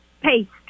Paste